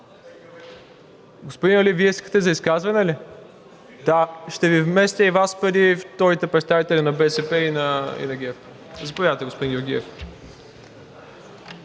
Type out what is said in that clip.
Господин Али, Вие искате изказване ли? Да. Ще Ви вместя и Вас преди вторите представители на БСП и на ГЕРБ. Заповядайте, господин Георгиев.